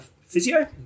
physio